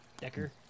Decker